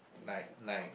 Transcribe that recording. like like